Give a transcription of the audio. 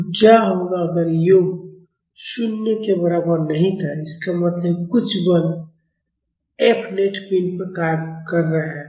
तो क्या हुआ अगर योग 0 के बराबर नहीं था इसका मतलब है कि कुछ बल F नेट पिंड पर कार्य कर रहा है